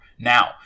Now